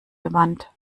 gewandt